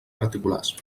particulars